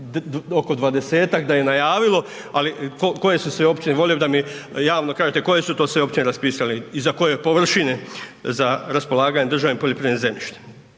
oko 20-tak da je najavilo, ali koje su sve općine, voli bi da mi javno kažete koje su to sve općine raspisale i za koje površine za raspolaganje državnim poljoprivrednim zemljištem